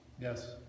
Yes